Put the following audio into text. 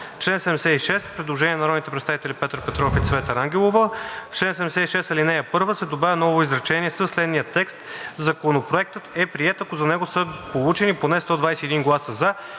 76 има предложение на народните представители Петър Петров и Цвета Рангелова: В чл. 76, ал. 1 се добавя ново изречение със следния текст: „Законопроектът е приет, ако за него са получени поне 121 гласа „за“.“